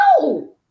No